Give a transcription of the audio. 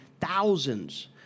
thousands